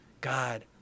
God